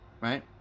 right